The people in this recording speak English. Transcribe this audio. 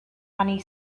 funny